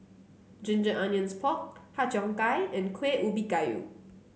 Ginger Onions Pork Har Cheong Gai and Kuih Ubi Kayu